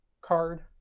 card